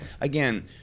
again